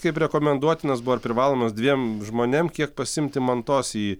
kaip rekomenduotinas buvo ar privalomas dviem žmonėm kiek pasiimti mantos į